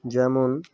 যেমন